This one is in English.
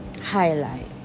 highlight